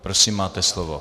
Prosím, máte slovo.